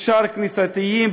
אפשר כנסייתיים,